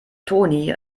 toni